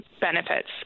benefits